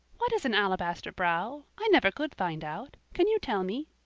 what is an alabaster brow? i never could find out. can you tell me?